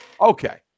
Okay